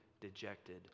dejected